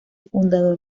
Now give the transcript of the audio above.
fundador